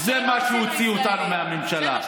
זה מה שהוציא אותנו מהממשלה.